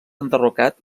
enderrocat